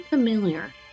familiar